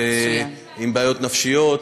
עם בעיות נפשיות,